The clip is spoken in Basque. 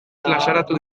plazaratu